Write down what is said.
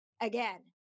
Again